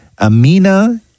Amina